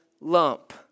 lump